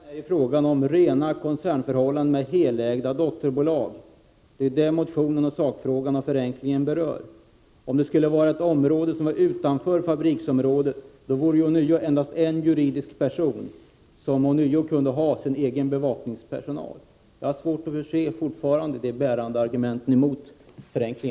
Herr talman! Här är det fråga om rena koncernförhållanden och helägda dotterbolag. Det är det som motionen, sakfrågan och förenklingen berör. Om det skulle gälla ett område som låg utanför fabriksområdet, skulle det ånyo endast vara en juridisk person som på nytt kunde ha sin egen bevakningspersonal. Jag har fortfarande svårt att se några bärande argument mot en förenkling.